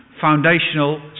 foundational